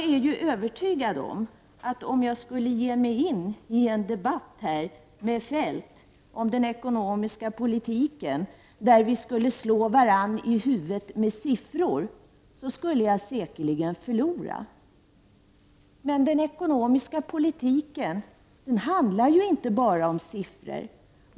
Jag är övertygad om att om jag skulle ge mig in i en debatt med Kjell-Olof Feldt om den ekonomiska politiken, där vi skulle slå varandra i huvudet med siffror, skulle jag säkerligen förlora. Men den ekonomiska politiken handlar inte bara om siffror.